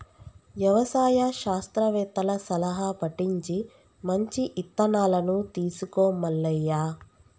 యవసాయ శాస్త్రవేత్తల సలహా పటించి మంచి ఇత్తనాలను తీసుకో మల్లయ్య